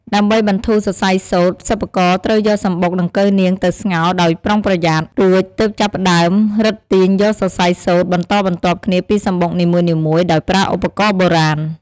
ដើម្បីបន្ធូរសរសៃសូត្រ សិប្បករត្រូវយកសំបុកដង្កូវនាងទៅស្ងោរដោយប្រុងប្រយ័ត្ន រួចទើបចាប់ផ្ដើមរឹតទាញយកសរសៃសូត្របន្តបន្ទាប់គ្នាពីសំបុកនីមួយៗ ដោយប្រើឧបករណ៍បុរាណ។